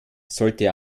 sollte